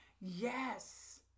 Yes